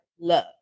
love